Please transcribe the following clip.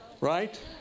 Right